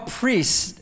priests